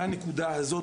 והנוקה הזאת,